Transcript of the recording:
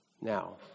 Now